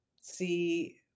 see